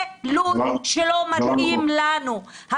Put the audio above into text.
זה לו"ז שלא מתאים לנו.